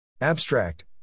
Abstract